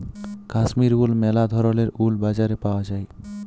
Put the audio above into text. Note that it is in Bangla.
কাশ্মীর উল ম্যালা ধরলের উল বাজারে পাউয়া যায়